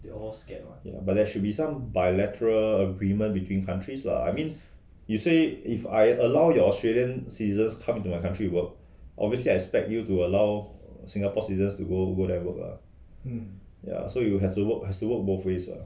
but there should be some bilateral agreement between countries lah I means you say if I allow your ustralian citizens come into our country work obviously I expect you to allow singapore citizens to go there work ah so you will have to work has to work both ways ah